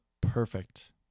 perfect